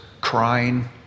crying